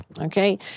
Okay